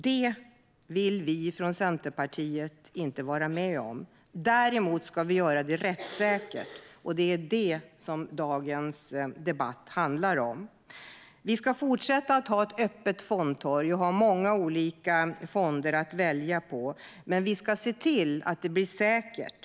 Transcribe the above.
Det vill inte vi från Centerpartiet vara med om. Däremot ska vi göra systemet rättssäkert, och det är det som dagens debatt handlar om. Vi ska fortsätta att ha ett öppet fondtorg med många olika fonder att välja mellan. Men vi ska se till att det blir säkert.